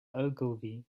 ogilvy